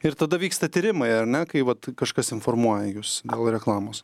ir tada vyksta tyrimai ar ne kai vat kažkas informuoja jus gal reklamos